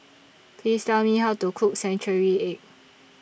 Please Tell Me How to Cook Century Egg